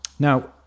Now